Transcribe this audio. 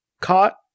caught